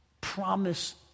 Promise